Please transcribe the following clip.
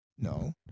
No